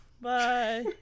Bye